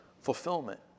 fulfillment